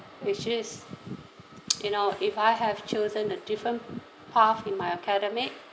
which is you know if I have chosen a different path in my academic